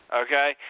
okay